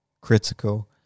critical